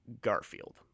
Garfield